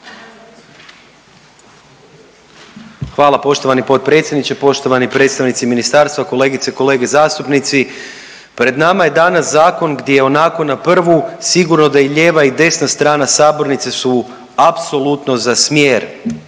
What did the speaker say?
Hvala poštovani potpredsjedniče, poštovani predstavnici ministarstva, kolegice i kolege zastupnici. Pred nama je danas zakon gdje onako na prvu sigurno da i lijeva i desna strana sabornice su apsolutno za smjer